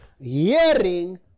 hearing